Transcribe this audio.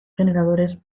generadores